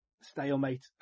stalemate